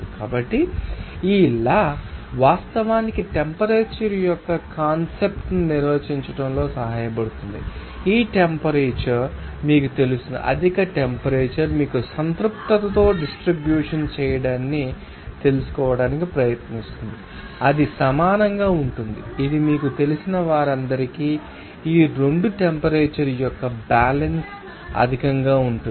కాబట్టి ఈ లా వాస్తవానికి టెంపరేచర్ యొక్క కాన్సెప్ట్ ను నిర్వచించడంలో సహాయపడుతుంది ఈ టెంపరేచర్ మీకు తెలుస్తుంది అధిక టెంపరేచర్ మీకు సంతృప్తతతో డిస్ట్రిబ్యూషన్ చేయడాన్ని తెలుసుకోవటానికి ప్రయత్నిస్తుంది అది సమానంగా ఉంటుంది ఇది మీకు తెలిసిన వారందరికీ ఈ 2 టెంపరేచర్ యొక్క బ్యాలన్స్ త అధికంగా ఉంటుంది